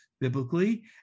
biblically